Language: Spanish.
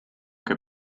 que